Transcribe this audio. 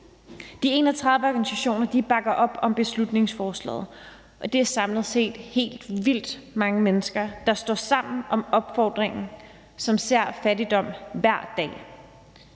De 31 organisationer bakker op om beslutningsforslaget, og det er samlet set helt vildt mange mennesker, der står sammen om opfordringen, som ser fattigdom hver dag.